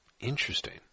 Interesting